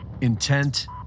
intent